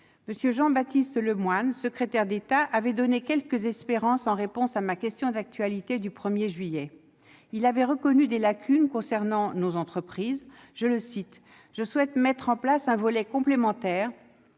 M. Jean-Baptiste Lemoyne, secrétaire d'État, avait donné quelques espérances en réponse à ma question d'actualité du 1 juillet. Il avait reconnu des lacunes concernant nos entreprises en déclarant :« Je souhaite mettre en place un volet complémentaire, à